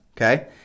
Okay